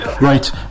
Right